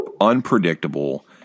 Unpredictable